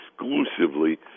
exclusively